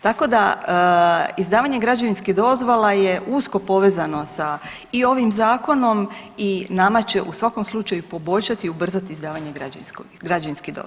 Tako da izdavanje građevinskih dozvola je usko povezano sa i ovim zakonom i nama će u svakom slučaju poboljšati i ubrzati izdavanje građevinskih dozvola.